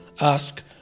ask